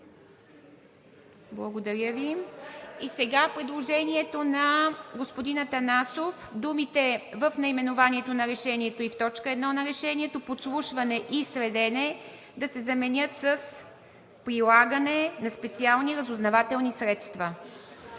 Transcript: не е прието. И сега предложението на господин Атанасов: Думите в наименованието на решението и в т. 1 на решението „подслушване и следене“ да се заменят с „прилагане на специални разузнавателни средства“.